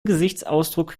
gesichtsausdruck